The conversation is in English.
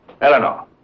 Eleanor